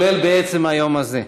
כולל בעצם היום הזה.